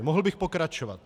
Mohl bych pokračovat.